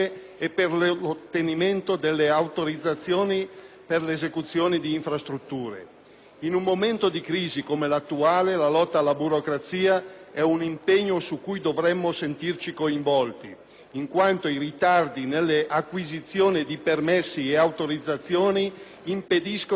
per le esecuzioni di infrastrutture. In un momento di crisi come l'attuale, la lotta alla burocrazia è un impegno su cui dovremmo sentirci coinvolti in quanto i ritardi nell'acquisizione di permessi e autorizzazioni impediscono l'avvio di opere che potrebbero dare fiato all'economia.